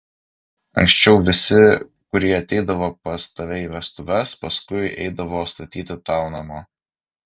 anksčiau visi kurie ateidavo pas tave į vestuves paskui eidavo statyti tau namo